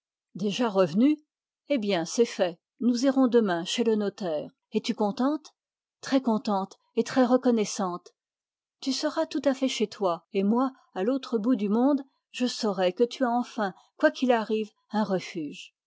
déjà revenue eh bien c'est fait nous irons demain chez le notaire es-tu contente très contente et très reconnaissante tu seras tout à fait chez toi et moi à l'autre bout du monde je saurai que tu as enfin quoi qu'il arrive un refuge